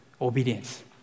obedience